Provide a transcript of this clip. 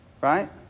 right